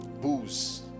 booze